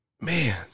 man